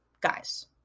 guys